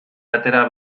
atera